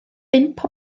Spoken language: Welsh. bump